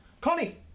Connie